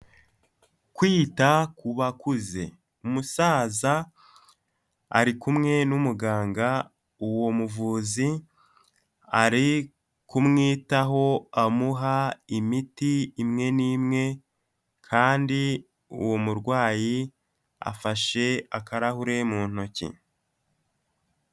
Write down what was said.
Kwita ku bakuze, umusaza ari kumwe n'umuganga, uwo muvuzi ari kumwitaho amuha imiti imwe n'imwe, kandi uwo murwayi afashe akarahure mu ntoki.